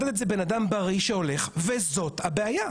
מדד את זה בן אדם בריא שהולך, וזאת הבעיה.